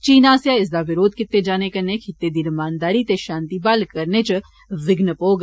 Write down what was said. चीन आस्सेआ इसदा विरोघ कीते जाने कन्नै खित्ते दी रमानदारी ते षांति बहाल करने च विध्न पौग